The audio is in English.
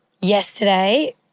yesterday